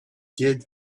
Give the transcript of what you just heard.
did